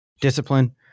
discipline